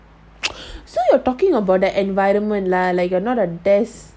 so you're talking about the environment lah like not a desk